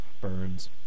Burns